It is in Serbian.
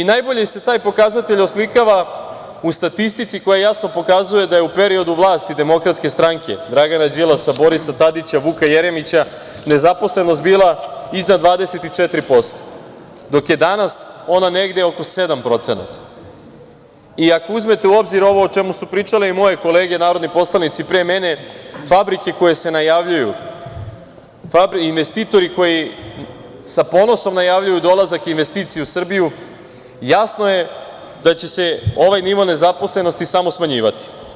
Najbolje se taj pokazatelj oslikava u statistici koja jasno pokazuje da je u periodu vlasti DS, Dragana Đilasa, Borisa Tadića, Vuka Jeremića nezaposlenost bila iznad 24%, dok je danas ona negde oko 7% i ako uzmete u obzir ovo o čemu su pričale moje kolege narodni poslanici pre mene, fabrike koje se najavljuju, investitori koji sa ponosom najavljuju dolazak investicija u Srbiju, jasno je da će se ovaj nivo nezaposlenosti samo smanjivati.